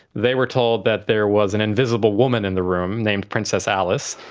they were told that there was an invisible woman in the room named princess alice,